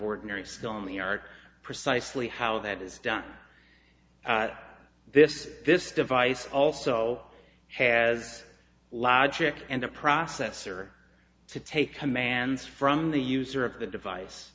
ordinary skill in the art precisely how that is done this this device also has logic and the processor to take commands from the user of the device